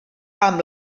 amb